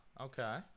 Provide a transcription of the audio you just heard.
Okay